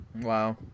Wow